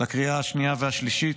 לקריאה השנייה והשלישית,